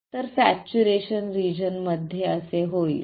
तर saturation region मध्ये असे होईल